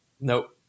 Nope